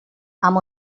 amb